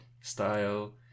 style